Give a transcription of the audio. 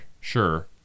sure